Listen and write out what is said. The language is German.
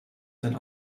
sein